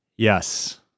Yes